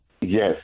Yes